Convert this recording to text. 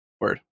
Word